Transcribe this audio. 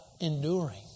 enduring